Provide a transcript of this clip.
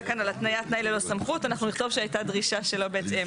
אנחנו נכתוב שהייתה דרישה שלא בהתאם.